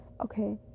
Okay